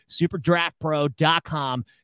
Superdraftpro.com